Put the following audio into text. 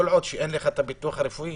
כל עוד אין לך הביטוח הרפואי,